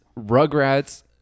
Rugrats